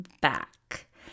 back